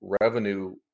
revenue